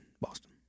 Boston